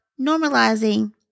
normalizing